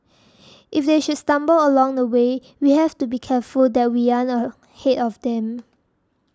if they should stumble along the way we have to be careful that we aren't ahead of them